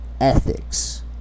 ethics